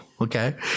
Okay